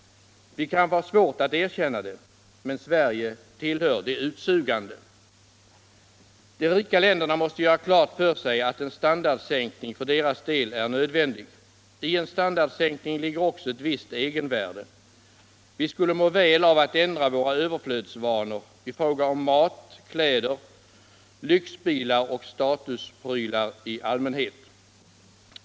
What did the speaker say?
Vi kanske har svårt att erkänna det — men Sverige tillhör de utsugande. De rika länderna måste göra klart för sig att en standardsänkning för deras del är nödvändig. I en standardsänkning ligger också ett visst egenvärde. Vi skulle må väl av att ändra våra överflödsvanor i fråga om mat, kläder, lyxbilar och ”statusprylar” i allmänhet.